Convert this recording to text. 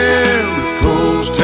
Miracles